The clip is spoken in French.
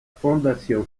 fondation